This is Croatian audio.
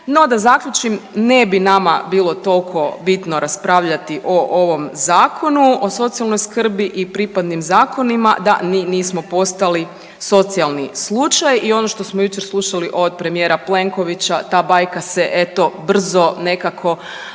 No, da zaključim, ne bi nama bilo tolko bitno raspravljati o ovom Zakonu o socijalnoj skrbi i pripadnim zakonima da nismo postali socijalni slučaj i ono što smo jučer slušali od premijera Plenkovića, ta bajka se, eto, brzo nekako